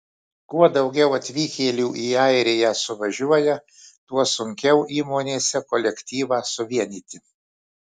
kuo daugiau atvykėlių į airiją suvažiuoja tuo sunkiau įmonėse kolektyvą suvienyti